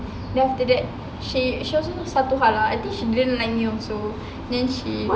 then after that she also satu hal ah I think she don't like me also then she